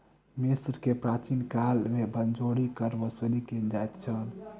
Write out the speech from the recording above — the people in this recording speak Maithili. मिस्र में प्राचीन काल में बलजोरी कर वसूली कयल जाइत छल